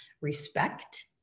respect